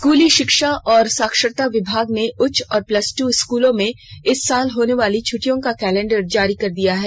स्कूली शिक्षा और साक्षरता विभाग ने उच्च और प्लस दू स्कूलों में इस साल होनेवाली छुट्टियों का कैलेंडर जारी कर दिया है